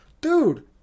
Dude